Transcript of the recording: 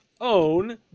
own